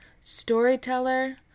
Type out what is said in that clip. storyteller